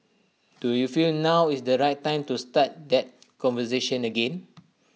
do you feel now is the right time to start that conversation again